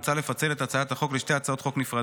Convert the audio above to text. מוצע לפצל את הצעת החוק לשתי הצעות חוק נפרדות: